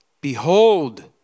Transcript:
behold